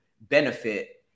benefit